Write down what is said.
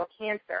cancer